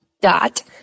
dot